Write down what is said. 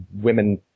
women